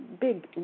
big